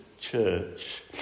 church